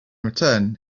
return